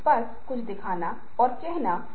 कुछ विचार के बाद शायद आप कहेंगे कि यह नेता है